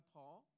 Paul